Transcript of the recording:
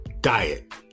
diet